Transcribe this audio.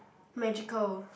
magical